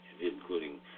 including